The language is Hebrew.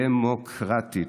דמוקרטית,